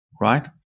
right